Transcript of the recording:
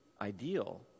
ideal